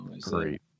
Great